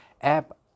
app